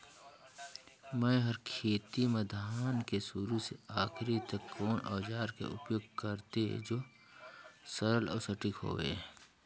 मै हर खेती म धान के शुरू से आखिरी तक कोन औजार के उपयोग करते जो सरल अउ सटीक हवे?